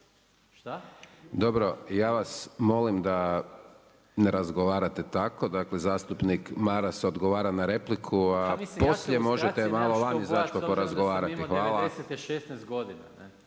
Dobro, ja vas molim da ne razgovarate tako, dakle zastupnik Maras odgovara na repliku, a poslije možete izać malo van pa porazgovarati. Hvala.